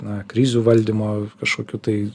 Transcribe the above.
na krizių valdymo kažkokių tai